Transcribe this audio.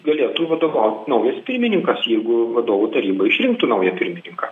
galėtų vadovaut naujas pirmininkas jeigu vadovų taryba išrinktų naują pirmininką